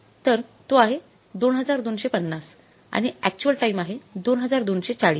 तर ती आहे २२५० आणि अक्चुअल टाइम आहे २२४०